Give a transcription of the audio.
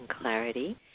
clarity